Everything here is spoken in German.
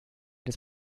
des